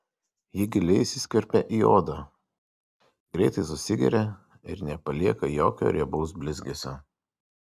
ji giliai įsiskverbia į odą greitai susigeria ir nepalieka jokio riebaus blizgesio